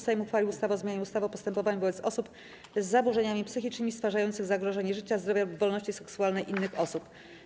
Sejm uchwalił ustawę o zmianie ustawy o postępowaniu wobec osób z zaburzeniami psychicznymi stwarzających zagrożenie życia, zdrowia lub wolności seksualnej innych osób.